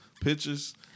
pictures